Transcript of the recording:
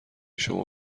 شما